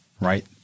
right